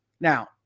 Now